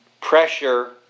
pressure